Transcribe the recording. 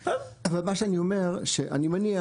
אבל מה שאני אומר שאני מניח,